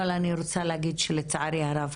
אבל אני רוצה להגיד שלצערי הרב,